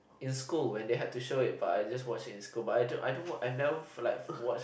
in school when they have to show it but I just watch it in school but I don't I don't watch I never like watch